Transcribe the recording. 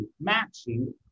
matching